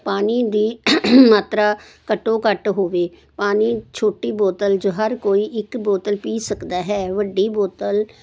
ਪਾਣੀ ਦੀ ਮਾਤਰਾ ਘੱਟੋ ਘੱਟ ਹੋਵੇ ਪਾਣੀ ਛੋਟੀ ਬੋਤਲ 'ਚ ਹਰ ਕੋਈ ਇੱਕ ਬੋਤਲ ਪੀ ਸਕਦਾ ਹੈ ਵੱਡੀ ਬੋਤਲ